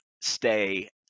stay